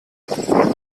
was